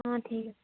অঁ ঠিক আছে